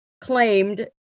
claimed